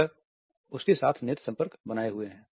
वह उसके साथ नेत्र संपर्क बनाए हुए है